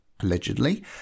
allegedly